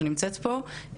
שנמצאת פה,